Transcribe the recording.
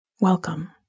Welcome